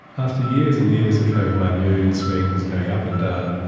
after years and years of having my mood swings going up and down,